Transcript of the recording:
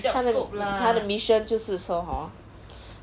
他的他的 mission 就是说 hor